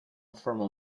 formal